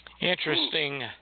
Interesting